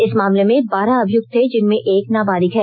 इस मामले में बारह अभियुक्त थे जिसमें एक नाबालिग है